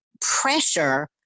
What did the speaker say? pressure